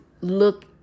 look